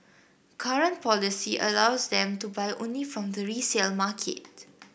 current policy allows them to buy only from the resale market